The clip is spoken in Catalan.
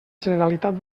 generalitat